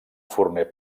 forner